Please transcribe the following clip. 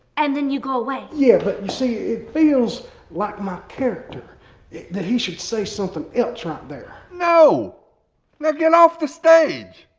and then you go away. yeah but, it feels like my character that he should say something else right there no! now get off the stage.